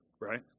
Right